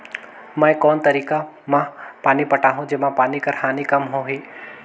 मैं कोन तरीका म पानी पटाहूं जेमा पानी कर हानि कम होही?